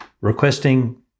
requesting